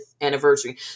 anniversary